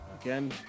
Again